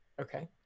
okay